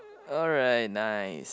alright nice